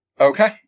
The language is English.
Okay